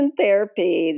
therapy